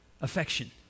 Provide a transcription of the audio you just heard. affection